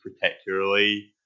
particularly